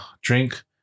drink